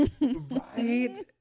Right